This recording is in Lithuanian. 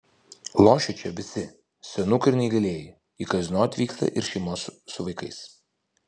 lošia čia visi senukai ir neįgalieji į kazino atvyksta ir šeimos su vaikais